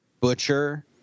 butcher